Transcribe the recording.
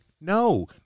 no